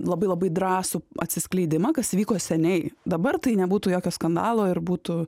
labai labai drąsų atsiskleidimą kas įvyko seniai dabar tai nebūtų jokio skandalo ir būtų